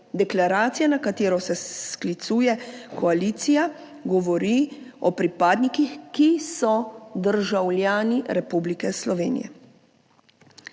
deklaracija, na katero se sklicuje koalicija, govori o pripadnikih, ki so državljani Republike Slovenije.